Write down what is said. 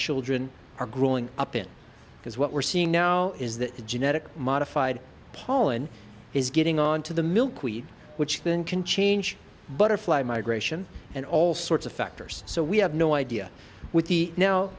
children are growing up in because what we're seeing now is that the genetic modified pollen is getting on to the milkweed which then can change butterfly migration and all sorts of factors so we have no idea with the now